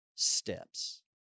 steps